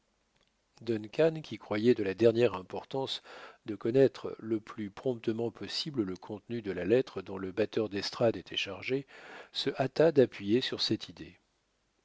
qui croyait de la dernière importance de connaître le plus promptement possible le contenu de la lettre dont le batteur d'estrade était chargé se hâta d'appuyer sur cette idée